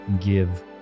Give